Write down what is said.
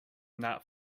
not